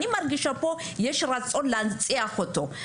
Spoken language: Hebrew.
אני מרגישה פה, יש רצון להנציח אותו.